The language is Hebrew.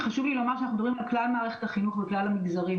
שאנחנו מדברים על כלל מערכת החינוך וכלל המגזרים,